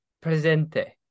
Presente